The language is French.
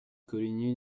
coligny